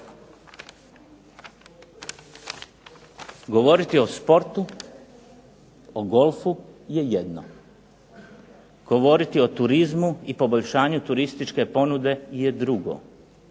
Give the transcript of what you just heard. Govoriti o sportu, o golfu je jedno. Govoriti o turizmu i poboljšanju turističke ponude je drugo,